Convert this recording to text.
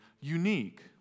unique